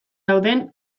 dauden